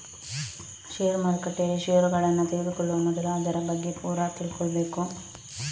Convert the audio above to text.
ಷೇರು ಮಾರುಕಟ್ಟೆಯಲ್ಲಿ ಷೇರುಗಳನ್ನ ತೆಗೆದುಕೊಳ್ಳುವ ಮೊದಲು ಅದರ ಬಗ್ಗೆ ಪೂರ ತಿಳ್ಕೊಬೇಕು